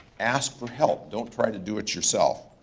ask for help. don't try to do it yourself.